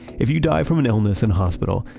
if you die from an illness in hospital,